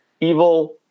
evil